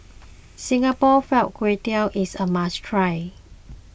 Singapore Fried Kway Tiao is a must try